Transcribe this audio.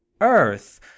earth